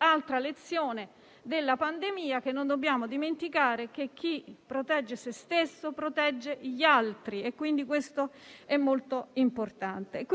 Altra lezione della pandemia che non dobbiamo dimenticare è che chi protegge se stesso protegge gli altri: questo è molto importante. È stata